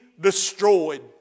destroyed